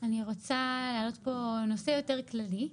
אני רוצה להעלות כאן נושא יותר כללי.